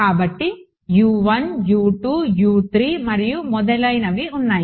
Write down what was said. కాబట్టి మరియు మొదలైనవి ఉన్నాయి